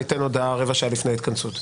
ניתן הודעה רבע שעה לפני ההתכנסות.